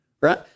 right